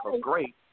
great